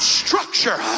structure